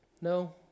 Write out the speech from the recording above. No